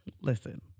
Listen